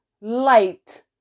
light